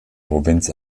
provinz